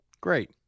Great